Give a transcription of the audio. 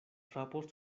frapo